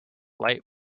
light